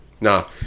no